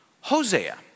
Hosea